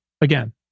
again